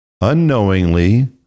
unknowingly